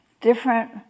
different